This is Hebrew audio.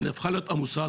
נהפכה להיות עמוסה.